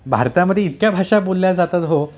भारतामध्ये इतक्या भाषा बोलल्या जातात हो